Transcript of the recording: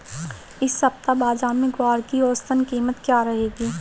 इस सप्ताह बाज़ार में ग्वार की औसतन कीमत क्या रहेगी?